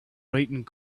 writing